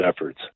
efforts